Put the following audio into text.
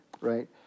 Right